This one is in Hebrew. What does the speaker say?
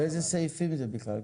באיזה סעיפים זה בכלל?